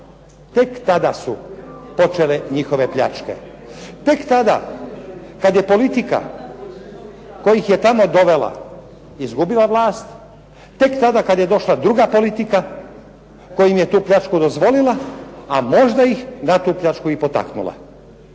tek tada su počele njihove pljačke, tek tada kada je politika koja ih je tamo dovela izgubila vlast, tek tada kada je došla druga politika koja im je tu pljačku dozvolila, a možda ih na tu pljačku i potaknula.